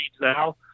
now